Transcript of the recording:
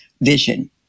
vision